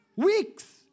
Weeks